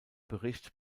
bericht